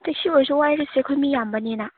taxi ꯑꯣꯏꯔꯁꯨ ꯋꯥꯏꯔꯁꯦ ꯑꯩꯈꯣꯏ ꯃꯤ ꯌꯥꯝꯕꯅꯤꯅ